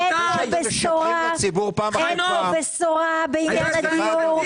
אין כאן בשורה בעניין הדיור.